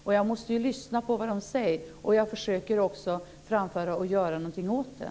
Och jag måste ju lyssna på vad de säger. Jag försöker också framföra det och göra någonting åt det.